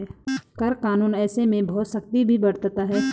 कर कानून ऐसे में बहुत सख्ती भी बरतता है